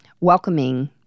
welcoming